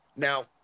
Now